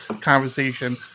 conversation